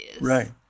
Right